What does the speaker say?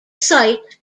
site